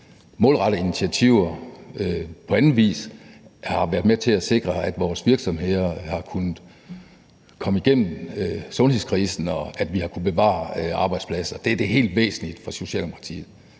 målrettede initiativer har været med til at sikre, at vores virksomheder har kunnet komme igennem sundhedskrisen, og at vi har kunnet bevare arbejdspladser. Det er det helt væsentlige for Socialdemokratiet.